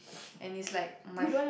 and it's like my f~